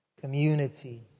Community